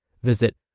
Visit